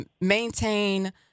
maintain